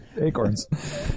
acorns